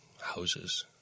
houses